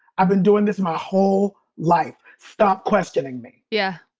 i've been doing this my whole life. stop questioning me yeah.